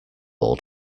old